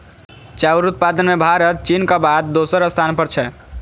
चाउर उत्पादन मे भारत चीनक बाद दोसर स्थान पर छै